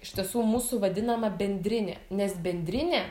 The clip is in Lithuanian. iš tiesų mūsų vadinama bendrinė nes bendrinė